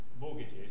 mortgages